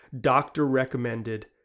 doctor-recommended